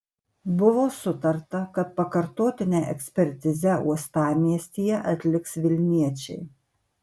buvo sutarta kad pakartotinę ekspertizę uostamiestyje atliks vilniečiai